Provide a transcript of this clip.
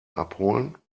abholen